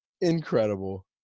Incredible